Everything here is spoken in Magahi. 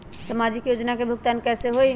समाजिक योजना के भुगतान कैसे होई?